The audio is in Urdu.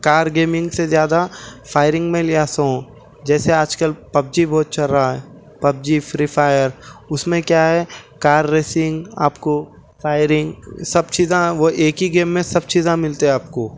کار گیمنگ سے زیادہ فائرنگ میں لیا ہوں جیسے آج کل پبجی بہت چل رہا ہے پبجی فری فائر اس میں کیا ہے کار ریسنگ آپ کو فائرنگ سب چیزیں وہ ایک ہی گیم میں سب چیزیں ملتے آپ کو